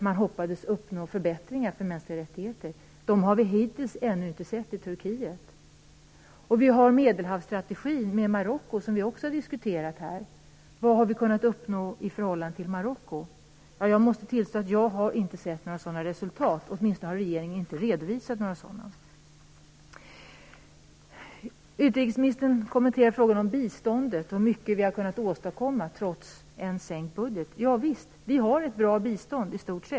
Man hoppades uppnå förbättringar för mänskliga rättigheter i Turkiet, men hittills har man inte sett några sådana. Medelhavsstrategin och Marocko har också diskuterats i riksdagen. Vad har Sverige kunnat uppnå i förhållandet med Marocko? Jag måste tillstå att jag inte har sett några resultat - regeringen har åtminstone inte redovisat några sådana. Utrikesministern kommenterade frågan om biståndet och talade om hur mycket Sverige har kunnat åstadkomma trots en sänkt budget. Ja visst - Sverige har i stort sett ett bra bistånd.